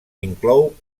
inclou